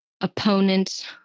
opponent